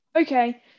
okay